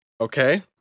Okay